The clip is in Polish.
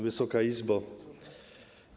Wysoka Izbo!